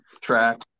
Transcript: track